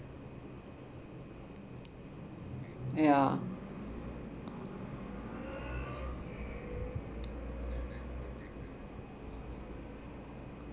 yeah